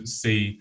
see